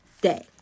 day